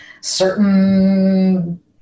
certain